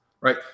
right